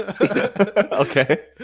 Okay